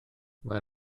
mae